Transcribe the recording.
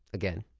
again,